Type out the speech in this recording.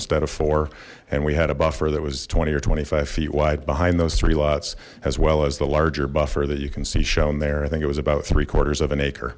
instead of four and we had a buffer that was twenty or twenty five feet wide behind those three lots as well as the larger buffer that you can see shown there i think it was about three quarters of an acre